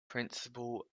principal